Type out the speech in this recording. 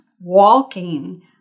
walking